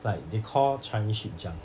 like they call chinese ship junk